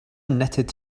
knitted